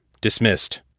Dismissed